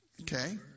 Okay